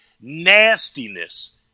nastiness